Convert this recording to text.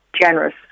generous